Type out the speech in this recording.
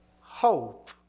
hope